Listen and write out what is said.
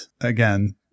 again